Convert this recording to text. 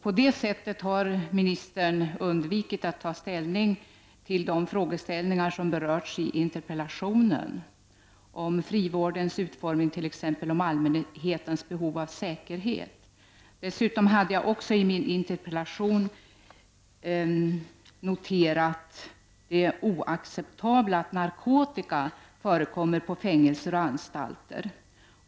På det sättet har ministern undvikit att ta ställning till de frågor som berörs i interpellationen om t.ex. frivårdens utformning och om allmänhetens behov av säkerhet. Jag hade dessutom i min interpellation noterat det oacceptabla i att narkotika förekommer på fängelser och anstalter.